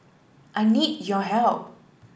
I need your help